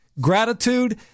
gratitude